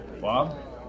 Bob